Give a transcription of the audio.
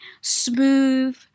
smooth